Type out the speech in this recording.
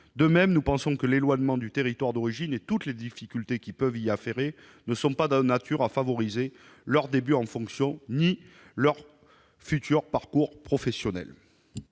De même, nous pensons que l'éloignement du territoire d'origine et toutes les difficultés qui peuvent en résulter ne sont pas de nature à favoriser les débuts dans leurs fonctions de ces agents, ni leur futur parcours professionnel.